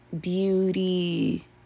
beauty